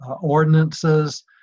ordinances